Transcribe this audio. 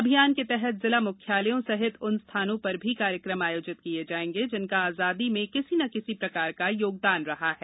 अभियान के तहत जिला मुख्यालयों सहित उन स्थानों पर भी कार्यकम आयोजित किये जाएंगे जिनका आजादी में किसी न किसी प्रकार का योगदान रहा है